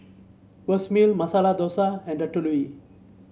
Vermicelli Masala Dosa and Ratatouille